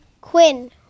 Quinn